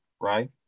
right